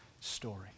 story